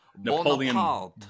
Napoleon